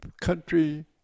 country